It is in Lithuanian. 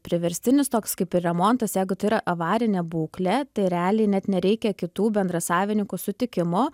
priverstinis toks kaip ir remontas jeigu tai yra avarinė būklė tai realiai net nereikia kitų bendrasavininkų sutikimo